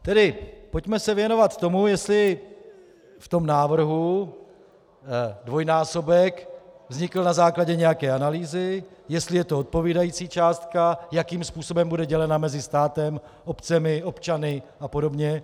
Tedy pojďme se věnovat tomu, jestli v tom návrhu dvojnásobek vznikl na základě nějaké analýzy, jestli je to odpovídající částka, jakým způsobem bude dělena mezi státem, obcemi, občany apod.